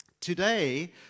today